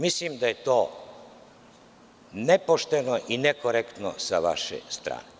Mislim da je to nepošteno i nekorektno sa vaše strane.